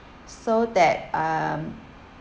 so that um